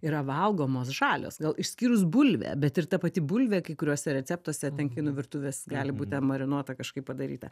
yra valgomos žalios gal išskyrus bulvė bet ir ta pati bulvė kai kuriuose receptuose ten kinų virtuvės gali būt ten marinuota kažkaip padaryta